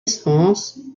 essence